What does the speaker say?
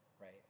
right